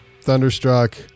Thunderstruck